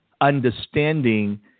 understanding